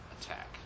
attack